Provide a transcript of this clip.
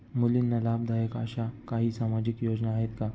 मुलींना लाभदायक अशा काही सामाजिक योजना आहेत का?